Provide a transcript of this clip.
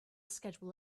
schedule